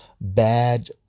bad